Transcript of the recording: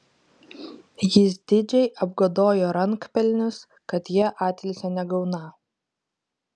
jis didžiai apgodojo rankpelnius kad jie atilsio negauną